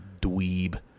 dweeb